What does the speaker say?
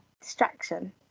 distraction